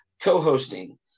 co-hosting